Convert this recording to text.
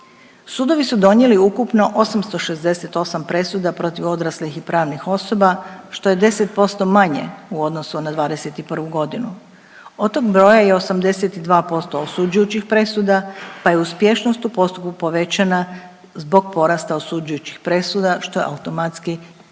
Sudovi su donijeli ukupno 868 presuda protiv odraslih i pravnih osoba što je 10% manje u odnosu na '21.g., od toga broja je i 82% osuđujućih presuda pa je uspješnost u postupku povećana zbog porasta osuđujućih presuda što je automatski znači